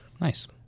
Nice